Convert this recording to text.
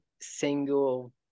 single